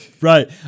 Right